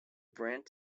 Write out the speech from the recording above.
brant